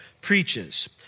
Preaches